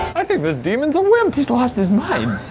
i think this demon's a wimp! he's lost his mind!